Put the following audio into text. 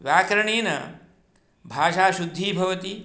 व्याकरणेन भाषाशुद्धिः भवति